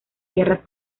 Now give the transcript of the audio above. tierras